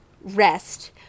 rest